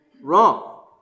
wrong